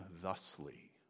thusly